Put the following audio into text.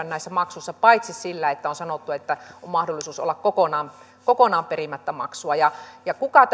näissä maksuissa paitsi sillä että on sanottu että on mahdollisuus olla kokonaan kokonaan perimättä maksua ja ja kuka